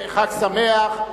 חג שמח.